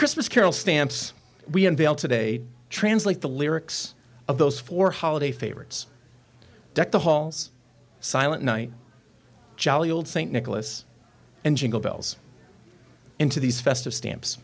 christmas carols stamps we unveiled today translate the lyrics of those four holiday favorites deck the halls silent night jolly old saint nicholas and jingle bells into these festive stamps